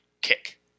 kick